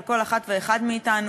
של כל אחד ואחד מאתנו,